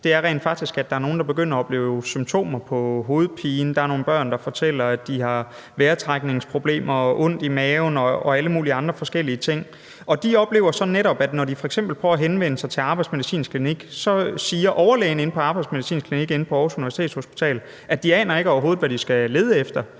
Ølst, er rent faktisk, at der er nogle, der begynder at opleve symptomer på hovedpine, og der er nogle børn, der fortæller, at de har vejrtrækningsproblemer, ondt i maven og alle mulige andre forskellige ting. De oplever så netop, at når de f.eks. prøver at henvende sig til arbejdsmedicinsk klinik, siger overlægen inde på arbejdsmedicinsk klinik på Aarhus Universitetshospital, at de overhovedet ikke aner, hvad de skal lede efter.